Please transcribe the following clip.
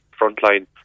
frontline